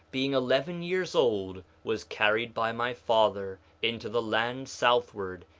being eleven years old, was carried by my father into the land southward,